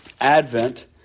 advent